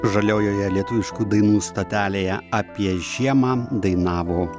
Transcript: žaliojoje lietuviškų dainų stotelėje apie žiemą dainavo